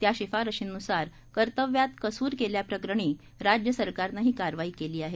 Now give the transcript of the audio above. त्या शिफारशींन्सार कर्तव्यात कस्र केल्या प्रकरणी राज्य सरकारनं ही कारवाई केली आहे